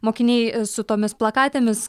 mokiniai su tomis plakatėmis